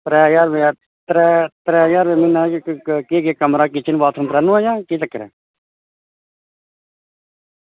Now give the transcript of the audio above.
त्रै ज्हार रपेआ त्रै ज्हार रपेआ म्हीना किचन बाथरूम कमरा जां केह् चक्कर ऐ